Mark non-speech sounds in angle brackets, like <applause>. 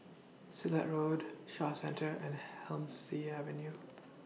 Silat Road Shaw Centre and <unintelligible> Avenue <noise>